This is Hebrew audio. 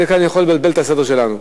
כאן זה יכול לבלבל את הסדר שלנו.